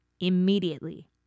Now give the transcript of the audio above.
immediately